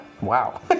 wow